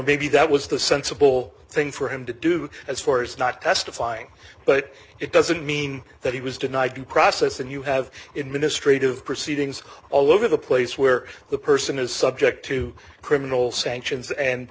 maybe that was the sensible thing for him to do as far as not testifying but it doesn't mean that he was denied due process and you have in ministries of proceedings all over the place where the person is subject to criminal sanctions and